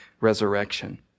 resurrection